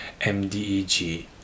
MDEG